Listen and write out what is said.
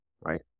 right